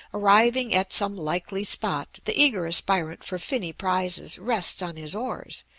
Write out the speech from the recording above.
arriving at some likely spot the eager aspirant for finny prizes rests on his oars,